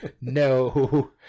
No